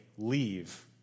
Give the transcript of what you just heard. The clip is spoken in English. leave